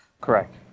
Correct